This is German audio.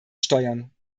steuern